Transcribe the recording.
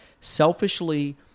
selfishly